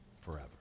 forever